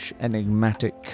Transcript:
enigmatic